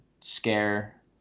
scare